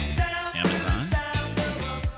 Amazon